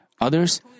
Others